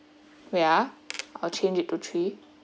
wait ah I'll change it to three